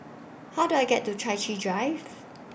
How Do I get to Chai Chee Drive